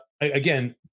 again